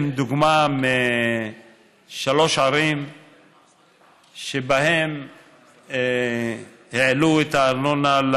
דוגמה לשלוש ערים שבהן העלו את הארנונה.